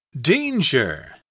Danger